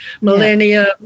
millennia